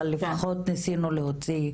אבל לפחות ניסינו להוציא תשובות.